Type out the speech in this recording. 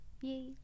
Yay